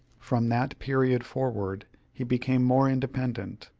from that period forward he became more independent,